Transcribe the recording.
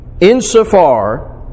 insofar